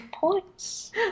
points